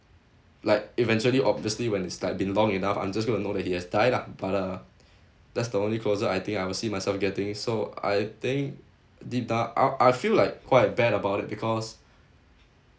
like eventually obviously when it's like been long enough I'm just gonna know that he has died lah but uh that's the only closure I think I will see myself getting so I think deep down I'll I feel like quite bad about it because